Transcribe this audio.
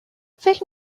فکر